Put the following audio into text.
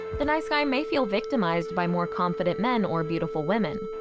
the nice guy may feel victimized by more confident men or beautiful women.